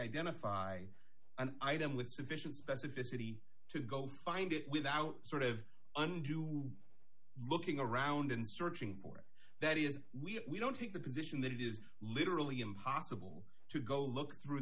identify an item with sufficient specificity to go find it without sort of undue looking around in searching for that is we don't take the position that it is literally impossible to go look through